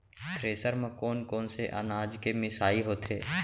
Thresher म कोन कोन से अनाज के मिसाई होथे?